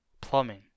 plumbing